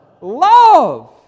Love